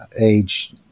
age